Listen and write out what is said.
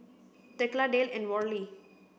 Thekla Dale and Worley